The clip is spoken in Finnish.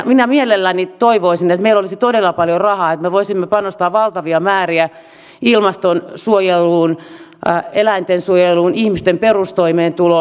minä mielelläni toivoisin että meillä olisi todella paljon rahaa että me voisimme panostaa valtavia määriä ilmastonsuojeluun eläintensuojeluun ihmisten perustoimeentuloon